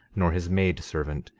nor his maid-servant,